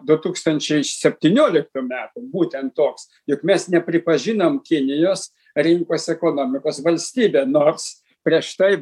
du tūkstančiai septynioliktų metų būtent toks jog mes nepripažinam kinijos rinkos ekonomikos valstybe nors prieš tai